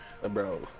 Bro